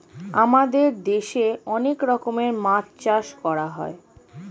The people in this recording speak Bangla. আমাদের দেশে অনেক রকমের মাছ চাষ করা হয়